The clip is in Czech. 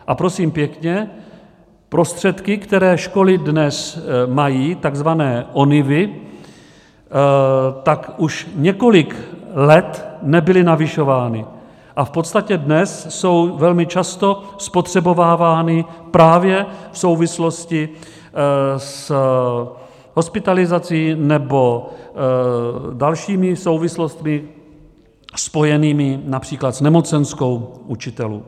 A prosím pěkně prostředky, které školy dnes mají, takzvané ONIV, tak už několik let nebyly navyšovány a v podstatě dnes jsou velmi často spotřebovány právě v souvislosti s hospitalizací nebo dalšími souvislostmi spojenými například s nemocenskou učitelů.